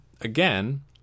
again